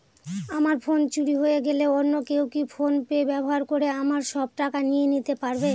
আমার ফোন চুরি হয়ে গেলে অন্য কেউ কি ফোন পে ব্যবহার করে আমার সব টাকা নিয়ে নিতে পারবে?